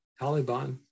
Taliban